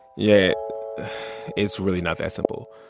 yeah it's really not that simple.